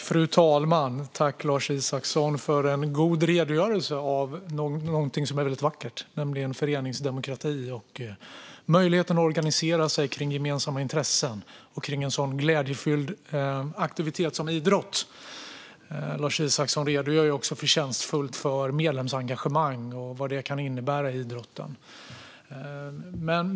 Fru talman! Tack, Lars Isacsson, för en god redogörelse för något som är väldigt vackert, nämligen föreningsdemokrati och möjligheten att organisera sig kring gemensamma intressen och en sådan glädjefylld aktivitet som idrott. Lars Isacsson redogjorde förtjänstfullt för medlemsengagemang och vad det kan innebära inom idrotten.